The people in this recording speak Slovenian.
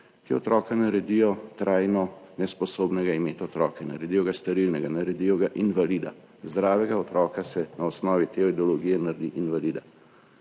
ki otroke naredijo trajno nesposobne imeti otroke. Naredijo jih sterilne, naredijo jih invalide. Zdravega otroka se na podlagi te ideologije naredi invalida.